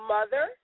Mother